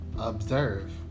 observe